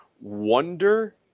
wonder